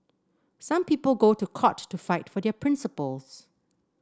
some people go to court to fight for their principles